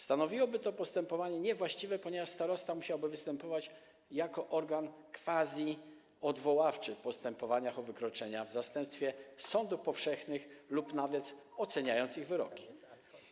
Stanowiłoby to postępowanie niewłaściwe, ponieważ starosta musiałby występować jako organ quasi-odwoławczy w postępowaniach o wykroczenia w zastępstwie sądów powszechnych lub nawet - oceniając ich wyroki.